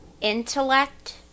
intellect